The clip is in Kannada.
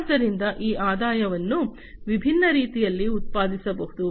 ಆದ್ದರಿಂದ ಈ ಆದಾಯವನ್ನು ವಿಭಿನ್ನ ರೀತಿಯಲ್ಲಿ ಉತ್ಪಾದಿಸಬಹುದು